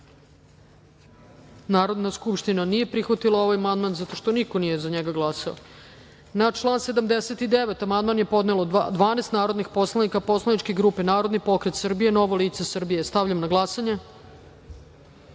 skupština nije prihvatila ovaj amandman zato što niko nije za njega glasao. Na član 79. amandman je podnelo 12 narodnih poslanika poslaničke grupe Narodni pokret Srbije – Novo lice Srbije. Stavljam na glasanje